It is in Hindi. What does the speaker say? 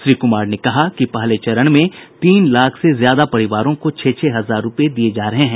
श्री कुमार ने कहा कि पहले चरण में तीन लाख से ज्यादा परिवारों को छह छह हजार रूपए दिए जा रहे हैं